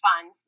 fun